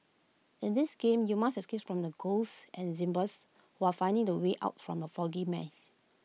in this game you must escape from the ghosts and zombies while finding the way out from the foggy maze